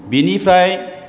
बिनिफ्राय